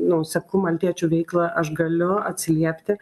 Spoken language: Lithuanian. nu seku maltiečių veiklą aš galiu atsiliepti